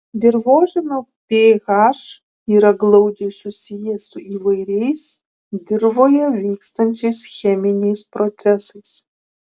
dirvožemio ph yra glaudžiai susijęs su įvairiais dirvoje vykstančiais cheminiais procesais